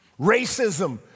Racism